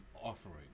offering